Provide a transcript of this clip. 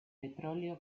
petróleo